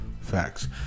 Facts